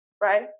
right